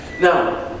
Now